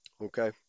Okay